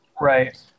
Right